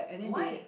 why